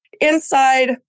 Inside